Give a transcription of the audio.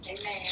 Amen